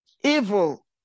Evil